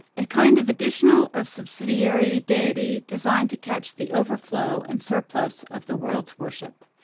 a kind of additional or subsidiary deity designed to catch the overflow and surplus of the world's worship.